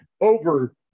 over